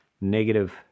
negative